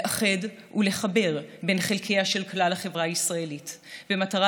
לאחד ולחבר בין חלקיה של כלל החברה הישראלית במטרה